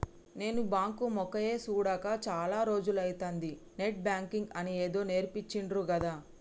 నేను బాంకు మొకేయ్ సూడక చాల రోజులైతంది, నెట్ బాంకింగ్ అని ఏదో నేర్పించిండ్రు గదా